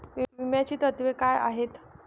विम्याची तत्वे काय आहेत?